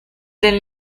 del